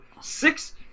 six –